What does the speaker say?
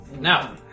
Now